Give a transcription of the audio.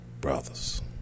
brothers